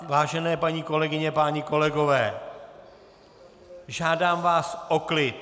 Vážené paní kolegyně, páni kolegové, žádám vás o klid!